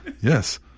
Yes